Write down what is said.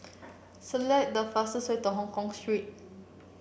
select the fastest way to Hongkong Street